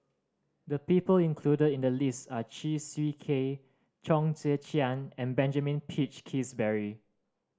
the people included in the list are Chew Swee Kee Chong Tze Chien and Benjamin Peach Keasberry